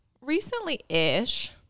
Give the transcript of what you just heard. recently-ish